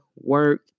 work